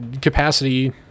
capacity